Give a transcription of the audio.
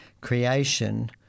creation